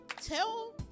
tell